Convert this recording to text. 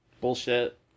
Bullshit